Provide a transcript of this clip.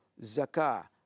zakah